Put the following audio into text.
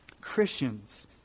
Christians